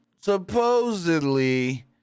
supposedly